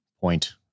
Point